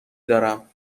دارم